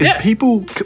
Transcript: People